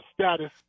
status